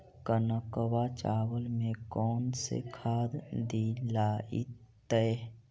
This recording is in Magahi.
कनकवा चावल में कौन से खाद दिलाइतै?